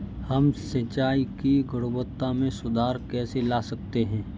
हम सिंचाई की गुणवत्ता में सुधार कैसे ला सकते हैं?